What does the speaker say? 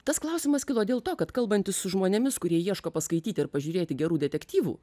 tas klausimas kilo dėl to kad kalbantis su žmonėmis kurie ieško paskaityti ar pažiūrėti gerų detektyvų